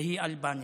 והיא אלבניה.